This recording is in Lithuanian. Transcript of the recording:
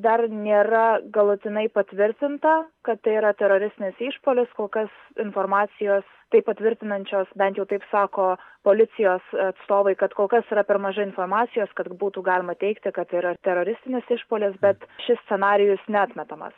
dar nėra galutinai patvirtinta kad tai yra teroristinis išpuolis kol kas informacijos tai patvirtinančios bent jau taip sako policijos atstovai kad kol kas yra per mažai informacijos kad būtų galima teigti kad yra teroristinis išpuolis bet šis scenarijus neatmetamas